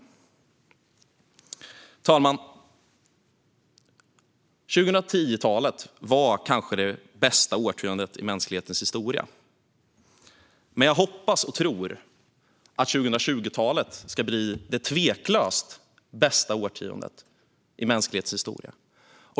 Fru talman! 2010-talet var kanske det bästa årtiondet i mänsklighetens historia, men jag hoppas och tror att 2020-talet ska bli det tveklöst bästa årtiondet i mänsklighetens historia.